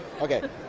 Okay